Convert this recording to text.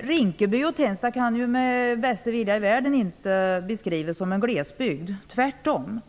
Rinkeby och Tensta kan inte med bästa vilja i världen beskrivas som en glesbygd, tvärtom.